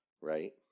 right